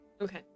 Okay